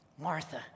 Martha